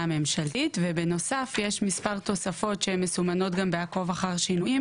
הממשלתית ובנוסף יש מספר תוספות שמסומנות גם בעקוב אחר שינויים